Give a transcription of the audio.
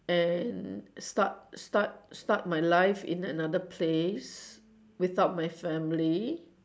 and start start start my life in another place without my family